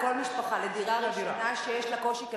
לכל משפחה שיש לה קושי כלכלי,